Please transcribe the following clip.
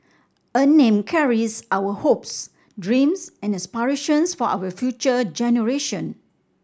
a name carries our hopes dreams and aspirations for our future generation